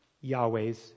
Yahweh's